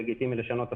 לגיטימי לשנות הסכמות,